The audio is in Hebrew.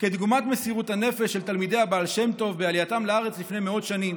כדוגמת מסירות הנפש של תלמידי הבעל שם-טוב בעלייתם לארץ לפני מאות שנים.